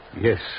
Yes